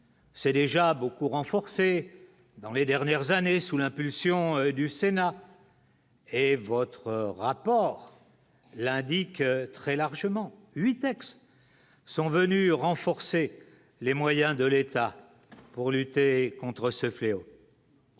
C'est déjà beaucoup renforcé dans les dernières années sous l'impulsion du Sénat. Et votre rapport l'indique très largement 8 ex-sont venus renforcer les moyens de l'État pour lutter contre ce fléau.